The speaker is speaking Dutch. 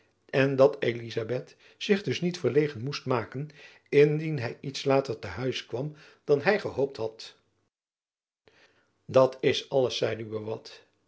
en dat elizabeth zich dus niet verlegen moest maken indien hy iets later t'huis kwam dan hy gehoopt had dat is alles zeide buat